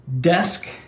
desk